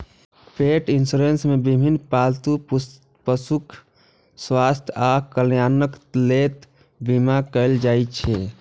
पेट इंश्योरेंस मे विभिन्न पालतू पशुक स्वास्थ्य आ कल्याणक लेल बीमा कैल जाइ छै